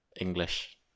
English